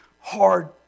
hard